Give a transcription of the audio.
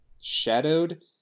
Shadowed